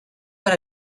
per